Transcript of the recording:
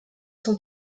son